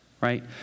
Right